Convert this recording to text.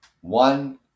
One